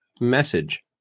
message